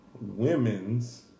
women's